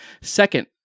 Second